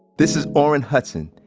this is orrin hutson,